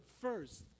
first